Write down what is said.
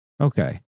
Okay